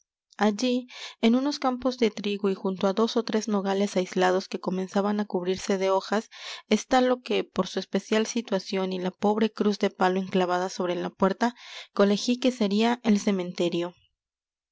allí en unos campos de trigo y junto á dos ó tres nogales aislados que comenzaban á cubrirse de hojas está lo que por su especial situación y la pobre cruz de palo enclavada sobre la puerta colegí que sería el cementerio